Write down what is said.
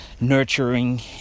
nurturing